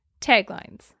taglines